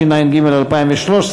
התשע"ג 2013,